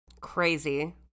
Crazy